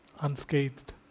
unscathed